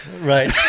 right